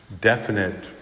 definite